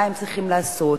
מה הם צריכים לעשות,